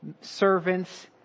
servants